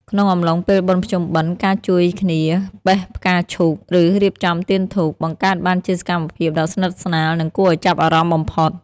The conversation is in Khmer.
ក្នុងអំឡុងពេលបុណ្យភ្ជុំបិណ្ឌ ការជួយគ្នា "បេះផ្កាឈូក" ឬ "រៀបចំទៀនធូប" បង្កើតបានជាសកម្មភាពដ៏ស្និទ្ធស្នាល និងគួរឱ្យចាប់អារម្មណ៍បំផុត។